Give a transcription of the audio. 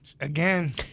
again